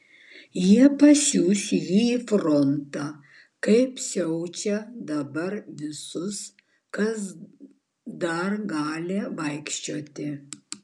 jie pasiųs jį į frontą kaip siunčia dabar visus kas dar gali vaikščioti